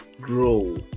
grow